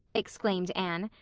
exclaimed anne.